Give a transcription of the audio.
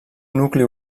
nucli